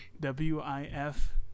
W-I-F